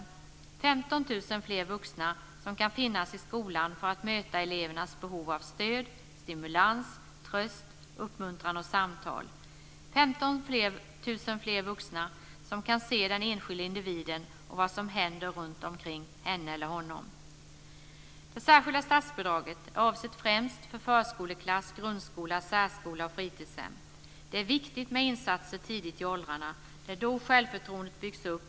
Det blir 15 000 fler vuxna som kan finnas i skolan för att möta elevernas behov av stöd, stimulans, tröst, uppmuntran och samtal. 15 000 fler vuxna som kan se den enskilda individen och vad som händer runt omkring henne eller honom. Det särskilda statsbidraget är främst avsett för förskoleklass, grundskola, särskola och fritidshem. Det är viktigt med insatser tidigt i åldrarna. Det är då självförtroendet byggs upp.